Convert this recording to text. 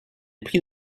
prix